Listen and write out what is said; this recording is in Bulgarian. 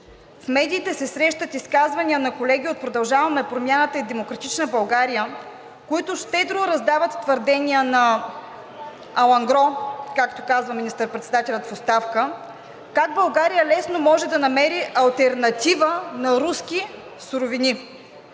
В медиите се срещат изказвания на колеги от „Продължаваме Промяната“ и „Демократична България“, които щедро раздават твърдения на „алaнгро“, както казва министър-председателят в оставка, как България лесно може да намери алтернатива на руски суровини.